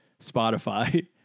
Spotify